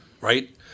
Right